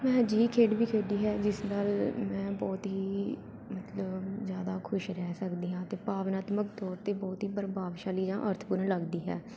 ਮੈਂ ਅਜਿਹੀ ਖੇਡ ਵੀ ਖੇਡੀ ਹੈ ਜਿਸ ਨਾਲ ਮੈਂ ਬਹੁਤ ਹੀ ਮਤਲਬ ਜ਼ਿਆਦਾ ਖੁਸ਼ ਰਹਿ ਸਕਦੀ ਹਾਂ ਅਤੇ ਭਾਵਨਾਤਮਕ ਤੌਰ 'ਤੇ ਬਹੁਤ ਹੀ ਪ੍ਰਭਾਵਸ਼ਾਲੀ ਜਾਂ ਅਰਥਪੂਰਨ ਲੱਗਦੀ ਹੈ